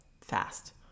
Fast